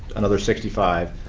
another sixty five.